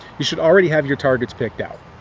you should already have your targets picked out.